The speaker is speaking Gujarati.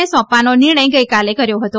એ સોંપવાનો નિર્ણથ ગઇકાલે કર્યો હતો